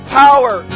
power